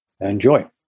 Enjoy